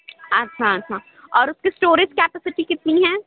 اچھا اچھا اور اُس کی اسٹوریج کیپیسیٹی کتنی ہیں